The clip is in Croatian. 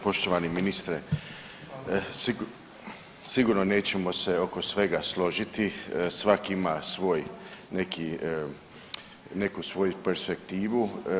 Poštovani ministre sigurno nećemo se oko svega složiti, svak ima svoj neki, neku svoju perspektivu.